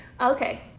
Okay